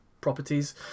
properties